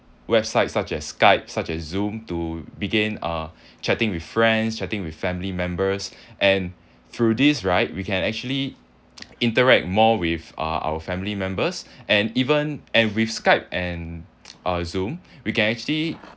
websites such as skype such as zoom to begin uh chatting with friends chatting with family members and through this right we can actually interact more with uh our family members and even and with skype and uh zoom we can actually